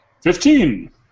Fifteen